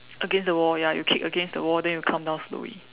against the wall ya you kick against the wall then you come down slowly